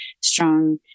strong